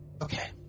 Okay